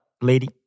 Lady